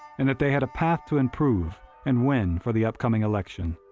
and that they had a path to improve and win for the upcoming election.